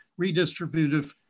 redistributive